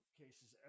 cases